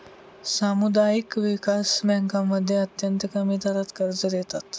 सामुदायिक विकास बँकांमध्ये अत्यंत कमी दरात कर्ज देतात